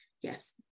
yes